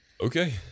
Okay